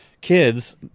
kids